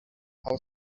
how